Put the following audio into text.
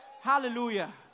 Hallelujah